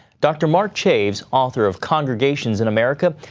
dr. mark chaves, author of congregations in america,